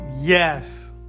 Yes